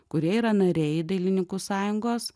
kurie yra nariai dailininkų sąjungos